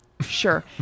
sure